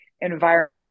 environment